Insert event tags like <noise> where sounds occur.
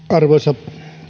<unintelligible> arvoisa